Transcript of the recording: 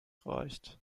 reicht